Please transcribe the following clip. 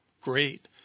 great